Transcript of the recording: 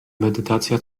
medytacja